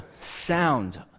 sound